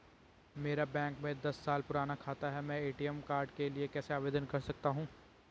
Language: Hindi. मेरा बैंक में दस साल पुराना खाता है मैं ए.टी.एम कार्ड के लिए कैसे आवेदन कर सकता हूँ?